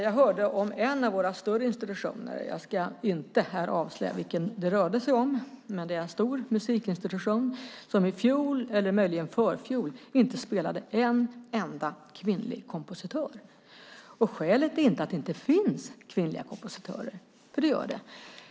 Jag hörde att en av våra större institutioner, jag ska inte här avslöja vilken det rörde sig om, men det är en stor musikinstitution, i fjol eller möjligen förfjol inte spelade en enda kvinnlig kompositör. Skälet är inte att det inte finns kvinnliga kompositörer, för det gör det.